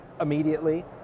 immediately